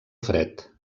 fred